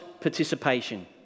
participation